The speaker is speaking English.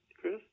Chris